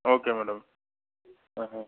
okay madam